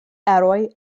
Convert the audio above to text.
eroj